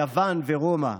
יוון ורומא,